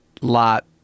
lot